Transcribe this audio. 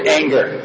anger